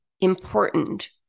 important